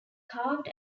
carved